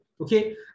okay